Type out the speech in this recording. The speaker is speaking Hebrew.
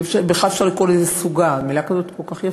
אם בכלל אפשר לקרוא לזה "סוגה"; מילה כל כך יפה.